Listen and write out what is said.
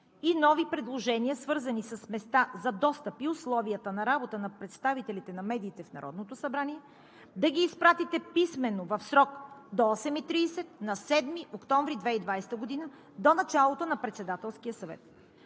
и нови предложения, свързани с места за достъп и условията на работа на представителите на медиите в Народното събрание, да ги изпратите писмено в срок до 8,30 ч. на 7 октомври 2020 г., до началото на Председателския съвет.“